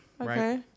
Okay